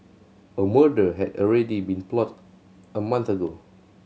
a murder had already been plotted a month ago